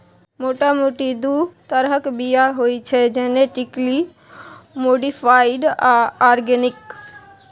मोटा मोटी दु तरहक बीया होइ छै जेनेटिकली मोडीफाइड आ आर्गेनिक